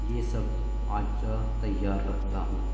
یہ سب اجزاء تیار رکھتا ہوں